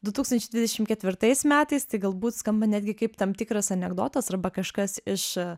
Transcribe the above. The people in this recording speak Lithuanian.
du tūkstančiai dvidešimt ketvirtais metais tai galbūt skamba netgi kaip tam tikras anekdotas arba kažkas iš